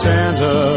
Santa